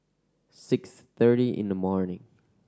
six thirty in the morning